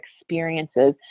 experiences